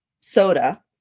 soda